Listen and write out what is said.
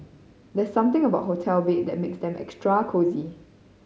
there's something about hotel bed that makes them extra cosy